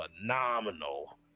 phenomenal